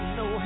no